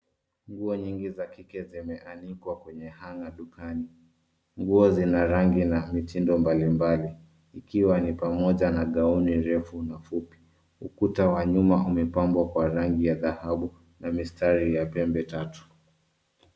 Nguo nyingi za kike zimeanikwa kwenye hanger dukani. Nguo zina rangi na mitindo mbalimbali ikiwa ni pamoja na gauni refu na fupi. Ukuta wa nyuma umepambwa kwa rangi ya dhahabu na mistari ya pembe tatu.